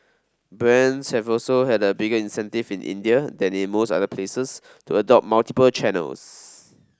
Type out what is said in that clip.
brands have also had a bigger incentive in India than in most other places to adopt multiple channels